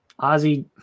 Ozzy